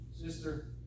sister